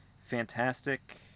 fantastic